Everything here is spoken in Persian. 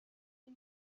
این